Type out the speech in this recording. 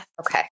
Okay